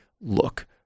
look